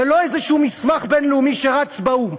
זה לא איזשהו מסמך בין-לאומי שרץ באו"ם,